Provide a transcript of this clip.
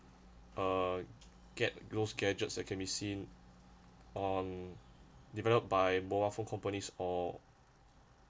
uh get those gadgets that can be seen on developed by mobile phone companies or